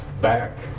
back